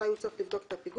מתי הוא צריך לבדוק את הפיגום,